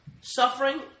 Suffering